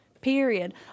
period